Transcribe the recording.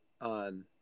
on